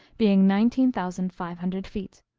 being nineteen thousand five hundred feet.